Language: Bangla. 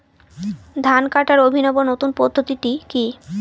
ধান কাটার অভিনব নতুন পদ্ধতিটি কি?